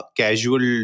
casual